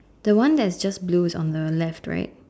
the one's that just blue is on the left right